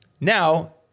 Now